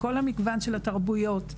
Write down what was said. מכל המגוון של התרבויות והמגזרים,